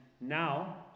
now